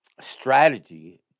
strategy